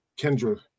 Kendra